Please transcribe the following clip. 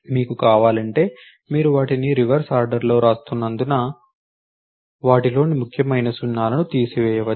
మీకు కావాలంటే మీరు వాటిని రివర్స్ ఆర్డర్లో వ్రాస్తున్నందున వాటిలోని ముఖ్యమైన సున్నాలను తీసివేయవచ్చు